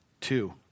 Two